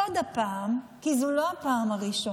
עוד פעם, כי זאת לא הפעם הראשונה,